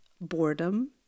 boredom